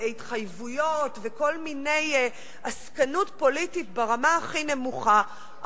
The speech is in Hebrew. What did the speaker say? התחייבויות וכל מיני עסקנות פוליטית ברמה הכי נמוכה,